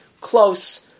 Close